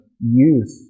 youth